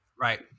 Right